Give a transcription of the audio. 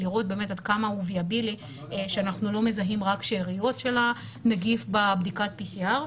לראות עד כמה הוא קיים ושאנחנו לא מזהים רק שאריות של הנגיף בבדיקת PCR,